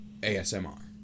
ASMR